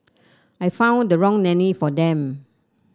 I found the wrong nanny for them